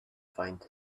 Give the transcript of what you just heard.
find